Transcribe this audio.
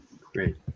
great